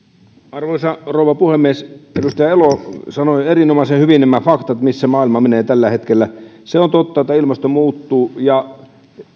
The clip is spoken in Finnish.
arvoisa rouva puhemies edustaja elo sanoi erinomaisen hyvin nämä faktat missä maailma menee tällä hetkellä se on totta että ilmasto muuttuu ja